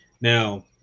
Now